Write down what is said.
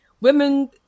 women